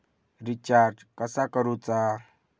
Recharge कसा करूचा?